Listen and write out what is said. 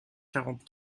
quarante